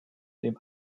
dem